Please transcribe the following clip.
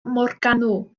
morgannwg